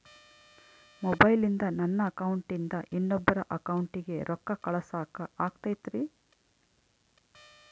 ಮೊಬೈಲಿಂದ ನನ್ನ ಅಕೌಂಟಿಂದ ಇನ್ನೊಬ್ಬರ ಅಕೌಂಟಿಗೆ ರೊಕ್ಕ ಕಳಸಾಕ ಆಗ್ತೈತ್ರಿ?